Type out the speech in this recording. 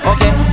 Okay